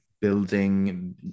building